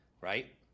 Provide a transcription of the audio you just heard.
right